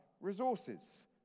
resources